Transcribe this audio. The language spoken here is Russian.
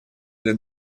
для